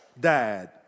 died